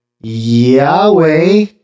yahweh